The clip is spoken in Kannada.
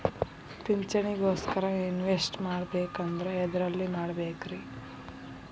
ಪಿಂಚಣಿ ಗೋಸ್ಕರ ಇನ್ವೆಸ್ಟ್ ಮಾಡಬೇಕಂದ್ರ ಎದರಲ್ಲಿ ಮಾಡ್ಬೇಕ್ರಿ?